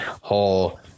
whole